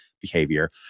behavior